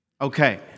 Okay